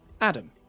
Adam